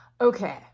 Okay